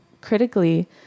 critically